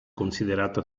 considerato